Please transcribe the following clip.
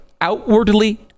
outwardly